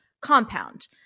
compound